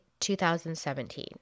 2017